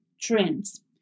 trends